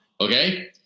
Okay